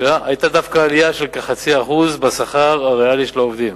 היתה דווקא עלייה של כ-0.5% בשכר הריאלי של העובדים.